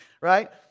Right